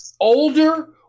older